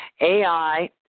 AI